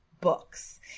books